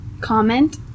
comment